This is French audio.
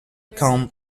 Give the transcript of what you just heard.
comme